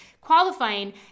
qualifying